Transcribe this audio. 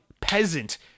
peasant